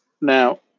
Now